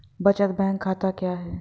बचत बैंक खाता क्या है?